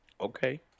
Okay